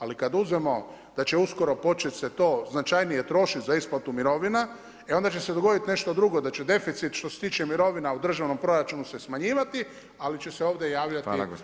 Ali kada uzmemo da će uskoro početi se to značajnije trošiti za isplatu mirovina e onda će se dogoditi nešto drugo da će deficit što se tiče mirovina u državnom proračunu se smanjivati ali će se ovdje javljati obveze za isplatu.